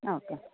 ആ ഓക്കെ